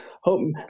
hope